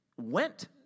went